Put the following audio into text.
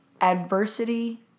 adversity